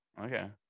okay